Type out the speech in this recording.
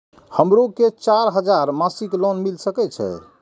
हमरो के चार हजार मासिक लोन मिल सके छे?